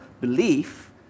belief